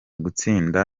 gutsinda